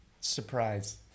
surprise